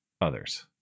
others